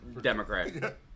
Democrat